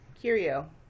Curio